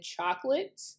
chocolate